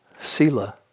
Sila